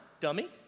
Dummy